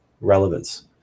relevance